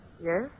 Yes